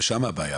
ושם הבעיה.